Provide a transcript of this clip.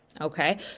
Okay